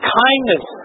kindness